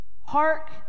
Hark